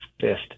fifth